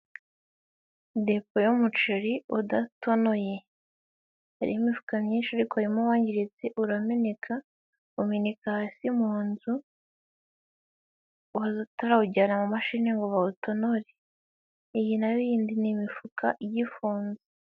Pepo y'umuceri udatonoye, hari imifuka myinshi ariko harimo uwangiritse urameneka, umeneka hasi mu nzu batarawujyana mu mashini ngo bawutonore. Iyi nayo iyindi ni imifuka igifunze.